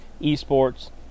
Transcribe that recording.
esports